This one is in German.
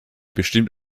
bestimmt